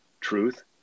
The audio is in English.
truth